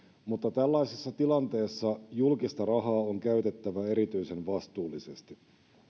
mutta tällaisessa tilanteessa julkista rahaa on käytettävä erityisen vastuullisesti